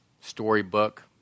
storybook